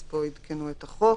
אז, פה עדכנו את החוק